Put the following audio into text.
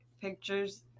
pictures